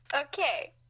Okay